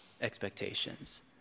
expectations